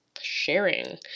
sharing